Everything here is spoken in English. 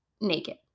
naked